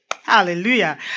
Hallelujah